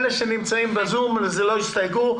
אלה שנמצאים ב-זום לא יסתייגו.